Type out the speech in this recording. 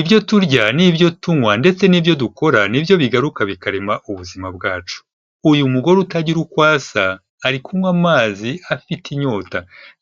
Ibyo turya, n’ibyo tunywa, ndetse n’ibyo dukora, ni byo bigaruka bikarema ubuzima bwacu. Uyu mugore utagira uko asa, ari kunywa amazi, afite inyota,